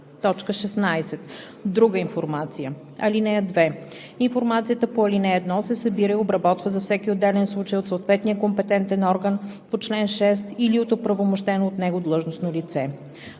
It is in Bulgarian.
закона; 16. друга информация. (2) Информацията по ал. 1 се събира и обработва за всеки отделен случай от съответния компетентен орган по чл. 6 или от оправомощено от него длъжностно лице.